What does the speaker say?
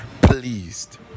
pleased